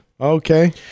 Okay